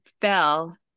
fell